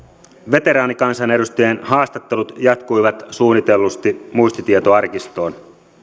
veteraanikansanedustajien haastattelut jatkuivat suunnitellusti muistitietoarkistoon